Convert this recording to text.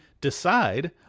decide